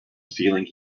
feeling